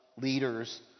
leaders